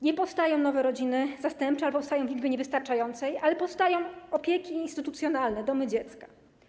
Nie powstają nowe rodziny zastępcze albo powstają w liczbie niewystarczającej, ale powstają opieki instytucjonalne, domy dziecka.